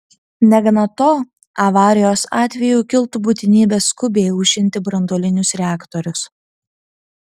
negana to avarijos atveju kiltų būtinybė skubiai aušinti branduolinius reaktorius